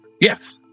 yes